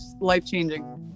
life-changing